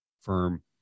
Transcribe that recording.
firm